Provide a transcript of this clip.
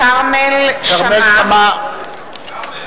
כרמל שאמה,